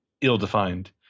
Ill-defined